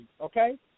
Okay